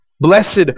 Blessed